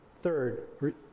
third